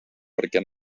perquè